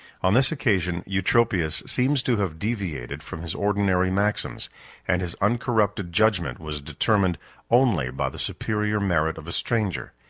on this occasion eutropius seems to have deviated from his ordinary maxims and his uncorrupted judgment was determined only by the superior merit of a stranger.